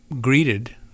greeted